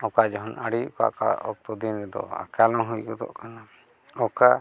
ᱚᱠᱟ ᱡᱚᱦᱚᱱ ᱟᱹᱰᱤ ᱚᱠᱟᱼᱚᱠᱟ ᱚᱠᱛᱚ ᱫᱤᱱ ᱨᱮᱫᱚ ᱟᱠᱟᱞᱦᱚᱸ ᱦᱩᱭ ᱜᱚᱫᱚᱜ ᱠᱟᱱᱟ ᱚᱠᱟ